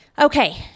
okay